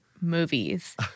movies